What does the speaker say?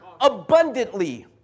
abundantly